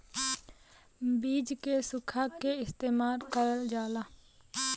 बीज के सुखा के इस्तेमाल करल जाला